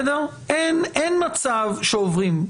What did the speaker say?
אין מצב שעוברים.